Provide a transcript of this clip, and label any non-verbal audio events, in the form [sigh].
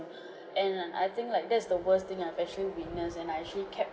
[breath] and then I think like that's the worst thing I've actually witnessed and I actually kept